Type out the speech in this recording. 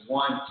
one